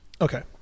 Okay